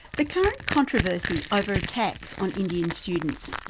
the current controversy over attacks on indian students,